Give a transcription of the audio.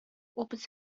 opens